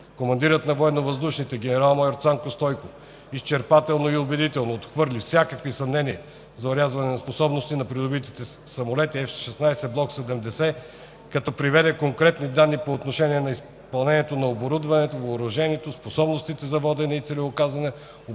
Военновъздушните сили генерал-майор Цанко Стойков изчерпателно и убедително отхвърли всякакви съмнения за орязване на способностите на придобиваните самолети F-16 Block 70,като приведе конкретни данни по отношение на изпълнението на оборудването, въоръжението, способностите за водене и целеуказване, обучението